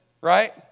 right